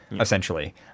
essentially